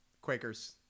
Quakers